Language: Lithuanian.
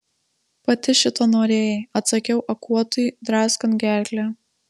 pati šito norėjai atsakiau akuotui draskant gerklę